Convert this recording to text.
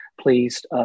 pleased